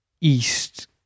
East